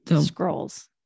scrolls